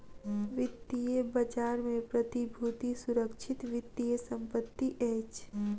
वित्तीय बजार में प्रतिभूति सुरक्षित वित्तीय संपत्ति अछि